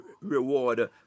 reward